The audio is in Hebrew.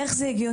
איך זה הגיוני.